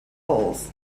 polls